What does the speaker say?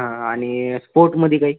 हा आणि स्पोर्टमध्ये काही